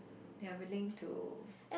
they are willing to